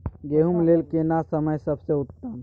गेहूँ लेल केना समय सबसे उत्तम?